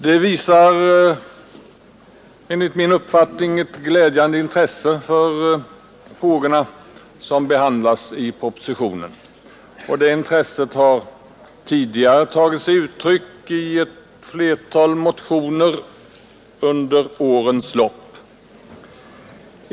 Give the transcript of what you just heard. Det visar enligt min uppfattning ett glädjande intresse för de frågor som behandlas i propositionen. Det intresset har tidigare tagit sig uttryck i ett flertal motioner under årens lopp.